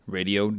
Radio